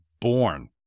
born